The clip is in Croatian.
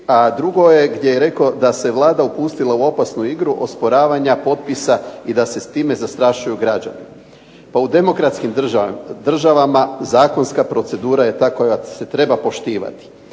a drugo je gdje je rekao da se Vlada upustila u opasnu igru osporavanja potpisa i da se s time zastrašuju građani. Pa u demokratskim državama zakonska procedura je ta koja se treba poštivati.